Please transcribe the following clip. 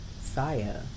Saya